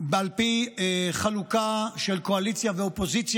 פעם אחת תגנו את זה.